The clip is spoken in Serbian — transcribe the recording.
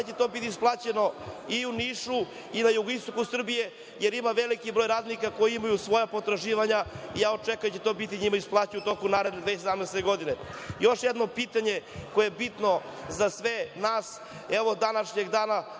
će to biti isplaćeno i u Nišu i na jugoistoku Srbije, jer ima veliki broj radnika koji imaju svoja potraživanja i očekujem da će njima biti to isplaćeno u toku naredne, 2017. godine? Još jedno pitanje koje je bino za sve nas. Juče je bila